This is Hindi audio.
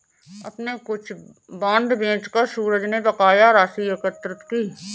अपने कुछ बांड बेचकर सूरज ने बकाया राशि एकत्र की